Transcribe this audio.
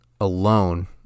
alone